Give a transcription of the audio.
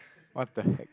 what the heck